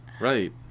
Right